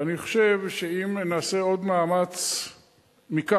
ואני חושב שאם נעשה עוד מאמץ מכאן,